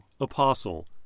Apostle